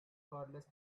cordless